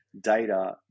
data